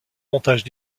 montage